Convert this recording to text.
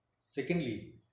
Secondly